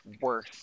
worth